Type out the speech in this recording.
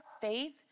faith